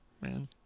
man